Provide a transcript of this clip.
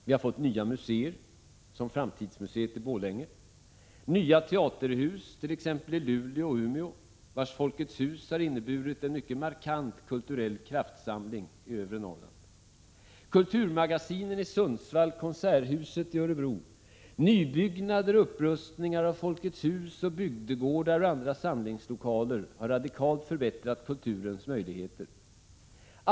Vi har fått nya museer — såsom Framtidsmuseet i Borlänge — nya teaterhus, t.ex. i Luleå och Umeå, vars Folkets hus har inneburit en markant kulturell kraftsamling i övre Norrland. Kulturmagasinen i Sundsvall, konserthuset i Örebro, nybyggnader och upprustningar av Folkets hus, bygdegårdar och andra samlingslokaler har radikalt förbättrat kulturens möjligheter.